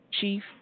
Chief